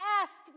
ask